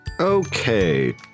Okay